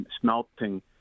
smelting